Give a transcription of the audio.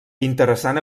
interessant